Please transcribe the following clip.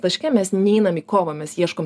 taške mes neinam į kovą mes ieškom